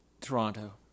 Toronto